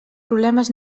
problemes